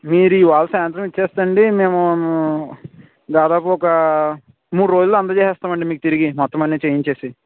మీరు ఇవాళ సాయంత్రం ఇచ్చేస్తే అండీ మేము దాదాపు ఒక మూడు రోజుల్లో అందజేస్తామండీ మీకు తిరిగి మొత్తం అన్నీ చేయించేసి